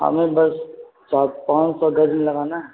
ہمیں بس سات پان سو گز میں لگانا ہے